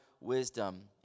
wisdom